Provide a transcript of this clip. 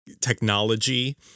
technology